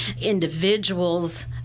individuals